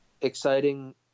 exciting